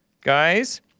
guys